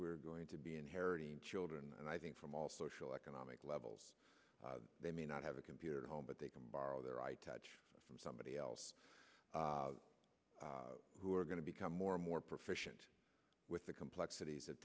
we're going to be inheriting children and i think from all social economic levels they may not have a computer at home but they can borrow their i touch from somebody else who are going to become more and more proficient with the complexities of